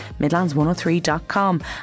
midlands103.com